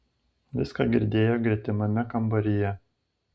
viską girdėjo gretimame kambaryje